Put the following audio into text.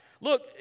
Look